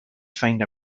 find